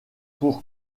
pour